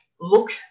look